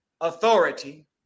authority